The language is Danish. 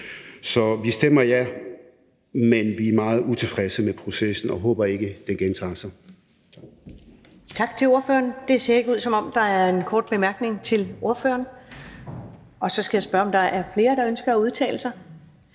Så vi stemmer ja, men vi er meget utilfredse med processen og håber ikke, den gentager sig.